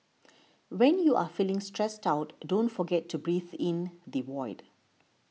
when you are feeling stressed out don't forget to breathe into the void